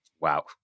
Wow